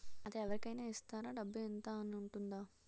అది అవరి కేనా ఇస్తారా? డబ్బు ఇంత అని ఉంటుందా?